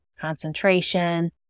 concentration